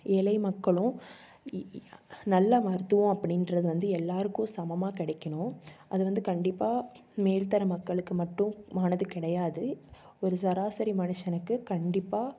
ஏழை மக்களும் நல்ல மருத்துவம் அப்படின்றது வந்து எல்லோருக்கும் சமமாக கிடைக்கணும் அது வந்து கண்டிப்பாக மேல் தர மக்களுக்கு மட்டுமானது கிடையாது ஒரு சராசரி மனுஷனுக்கு கண்டிப்பாக